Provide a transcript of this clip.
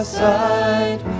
side